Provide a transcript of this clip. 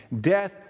death